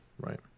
right